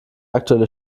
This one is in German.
aktuelle